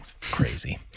crazy